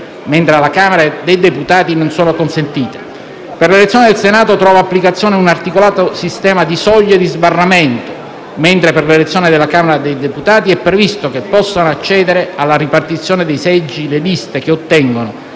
mentre alla Camera dei deputati non sono consentite. Per l'elezione del Senato trova applicazione un articolato sistema di soglie di sbarramento, mentre per l'elezione della Camera dei deputati è previsto che possano accedere alla ripartizione dei seggi le liste che ottengono,